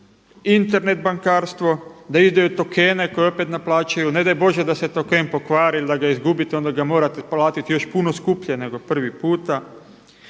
Internet bankarstvo, da izdaju tokene koje opet naplaćuju. Ne daj Bože da se token pokvari ili da ga izgubite, onda ga morate platiti još puno skuplje nego prvi puta.